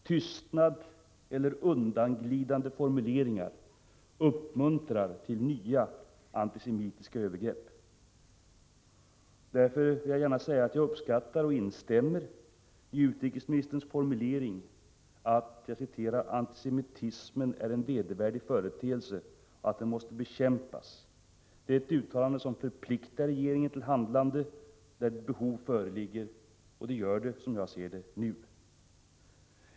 Tystnad eller undanglidande formuleringar uppmuntrar till nya antisemitiska övergrepp. Därför vill jag gärna säga att jag uppskattar och instämmer i utrikesministerns formulering att antisemitismen är en vedervärdig företeelse och att den måste bekämpas. Det är ett uttalande som förpliktar regeringen till handlande när behov föreligger, och det gör det, som jag ser det, nu.